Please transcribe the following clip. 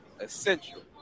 essential